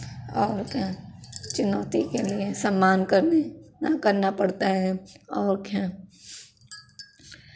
और क्या चुनौती के लिये सम्मान करने करना पड़ता है और क्या